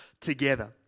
together